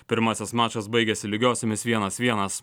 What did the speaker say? pirmasis mačas baigėsi lygiosiomis vienas vienas